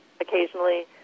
occasionally